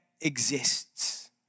exists